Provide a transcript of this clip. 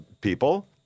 people